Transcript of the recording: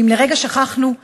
ואם לרגע שכחנו,